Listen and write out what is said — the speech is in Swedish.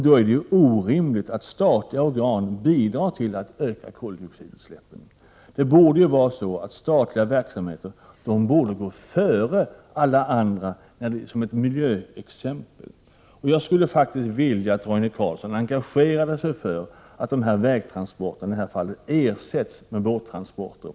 Då är det orimligt att statliga organ bidrar till att öka dessa utsläpp. Det borde vara så att statliga verksamheter gick före alla andra i samhället som ett ”miljöexempel”, och jag skulle faktiskt vilja att Roine Carlsson engagerade sig för att vägtransporterna i det här fallet ersätts med båttransporter.